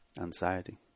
anxiety